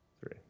Three